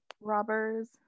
robbers